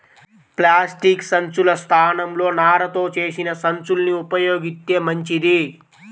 plastic సంచుల స్థానంలో నారతో చేసిన సంచుల్ని ఉపయోగిత్తే మంచిది